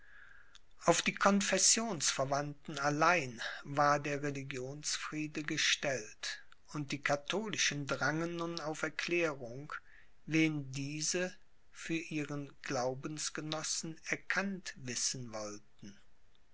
auf die confessionsverwandten allein war der religionsfriede gestellt und die katholischen drangen nun auf erklärung wen diese für ihren glaubensgenossen erkannt wissen wollten